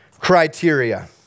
criteria